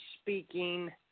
speaking